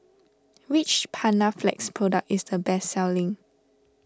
which Panaflex product is the best selling